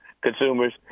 consumers